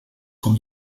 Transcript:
com